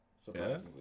Surprisingly